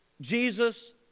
Jesus